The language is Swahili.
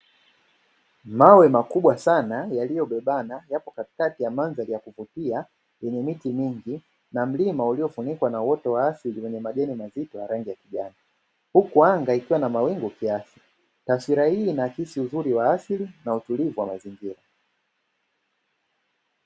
Mawe makubwa sana yaliyobebana yapo katikati ya mandhari ya kuvutia yenye miti mingi na mlima uliyofunikwa na uoto wa asili wenye majani mazito ya rangi ya kijani, huku anga ikiwa na mawingu kiasi taswira hii inaakisi uzuri wa asili na utulivu wa mazingira.